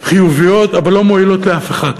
חיוביות, אבל לא מועילות לאף אחד.